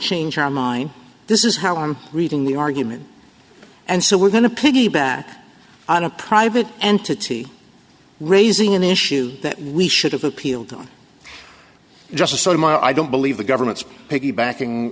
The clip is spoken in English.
change our mind this is how i'm reading the argument and so we're going to piggyback on a private entity raising an issue that we should have appealed to justice so my i don't believe the government's piggybacking